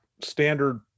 standard